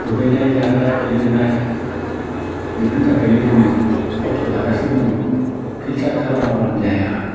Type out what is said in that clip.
दुगैनाय जानाय लोंनाय बेफोरनि थाखायनो जोङो खस्थ' जागासिनो दङ फिल्टार खालामाबानो जाया